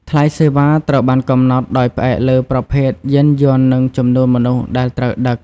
ថ្លៃសេវាត្រូវបានកំណត់ដោយផ្អែកលើប្រភេទយានយន្តនិងចំនួនមនុស្សដែលត្រូវដឹក។